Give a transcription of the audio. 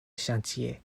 chantiers